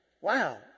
Wow